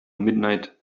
midnight